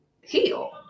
heal